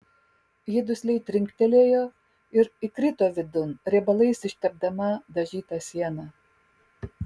ji dusliai trinktelėjo ir įkrito vidun riebalais ištepdama dažytą sieną